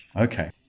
Okay